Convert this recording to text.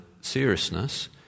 seriousness